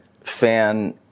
fan